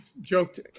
joked